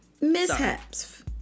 Mishaps